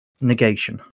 negation